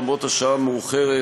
למרות השעה המאוחרת,